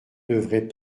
devrait